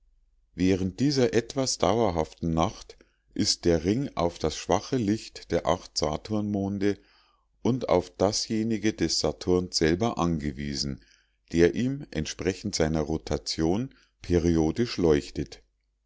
während dieser etwas dauerhaften nacht ist der ring auf das schwache licht der acht saturnmonde und auf dasjenige des saturns selber angewiesen der ihm entsprechend seiner rotation periodisch leuchtet